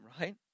right